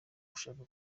gushaka